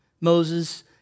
Moses